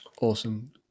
awesome